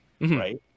right